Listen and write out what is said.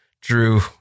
drew